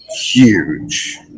huge